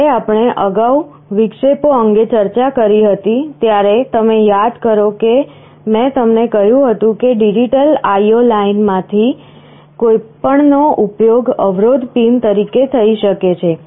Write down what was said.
જ્યારે આપણે અગાઉ વિક્ષેપો અંગે ચર્ચા કરી હતી ત્યારે તમે યાદ કરો કે મેં તમને કહ્યું હતું કે ડિજિટલ IO લાઇનમાંથી કોઈપણનો ઉપયોગ અવરોધ પિન તરીકે થઈ શકે છે